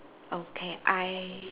okay I